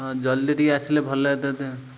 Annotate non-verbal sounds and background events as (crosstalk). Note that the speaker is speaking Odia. ହଁ ଜଲ୍ଦି ଟିକେ ଆସିଲେ ଭଲ (unintelligible)